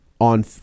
on